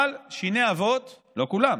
אבל שיני אבות, לא כולם,